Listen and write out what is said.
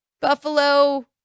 Buffalo